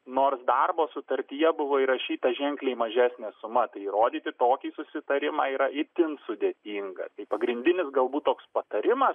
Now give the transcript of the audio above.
nors darbo sutartyje buvo įrašyta ženkliai mažesnė suma tai įrodyti tokį susitarimą yra itin sudėtinga tai pagrindinis galbūt toks patarimas